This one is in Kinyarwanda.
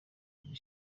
buri